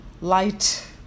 light